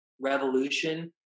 revolution